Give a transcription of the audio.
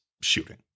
shooting